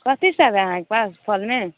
कथी सब है अहाँकेँ पास फलमे